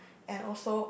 and also